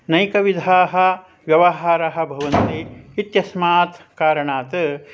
अनेकविधाः व्यवहारः भवन्ति इत्यस्मात् कारणात्